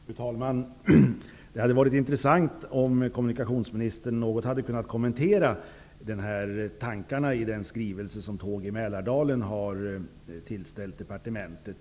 Fru talman! Det hade varit intressant om kommunikationsminister Mats Odell något hade kunnat kommentera tankarna i den skrivelse som Tåg i Mälardalen har tillställt departementet.